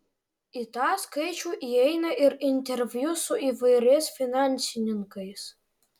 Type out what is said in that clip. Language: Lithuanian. į tą skaičių įeina ir interviu su įvairiais finansininkais